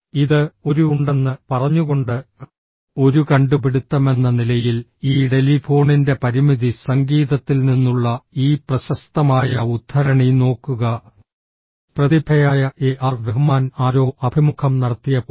ഇത് ഒരു ഉണ്ടെന്ന് പറഞ്ഞുകൊണ്ട് ഒരു കണ്ടുപിടുത്തമെന്ന നിലയിൽ ഈ ടെലിഫോണിന്റെ പരിമിതി സംഗീതത്തിൽ നിന്നുള്ള ഈ പ്രശസ്തമായ ഉദ്ധരണി നോക്കുക പ്രതിഭയായ എ ആർ റഹ്മാൻ ആരോ അഭിമുഖം നടത്തിയപ്പോൾ